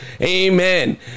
Amen